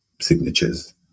signatures